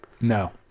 No